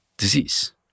disease